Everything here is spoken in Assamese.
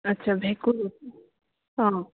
আচ্ছা ভেঁকুৰ অঁ